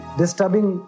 disturbing